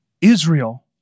Israel